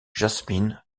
jasmin